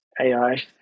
AI